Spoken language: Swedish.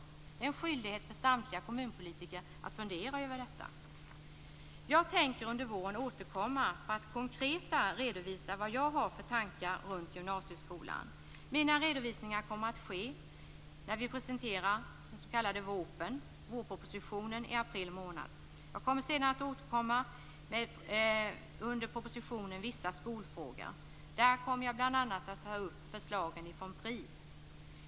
Det är en skyldighet för samtliga kommunpolitiker att fundera över detta. Jag tänker under våren återkomma för att konkret redovisa vad jag har för tankar runt gymnasieskolan. Mina redovisningar kommer att ske när vi presenterar den s.k. VÅP:en, vårpropositionen, i april månad. Jag kommer sedan att återkomma i samband med propositionen Vissa skolfrågor. Där kommer jag bl.a. att ta upp förslagen från PRIV.